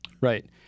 Right